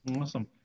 awesome